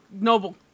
noble